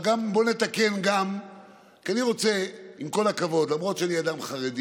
אני רוצה, עם כל הכבוד, למרות שאני אדם חרדי,